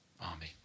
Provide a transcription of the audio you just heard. army